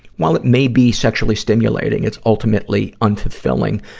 while it may be sexually stimulating, it's ultimately unfulfilling,